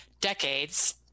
decades